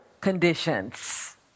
conditions